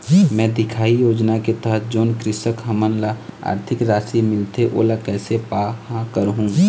मैं दिखाही योजना के तहत जोन कृषक हमन ला आरथिक राशि मिलथे ओला कैसे पाहां करूं?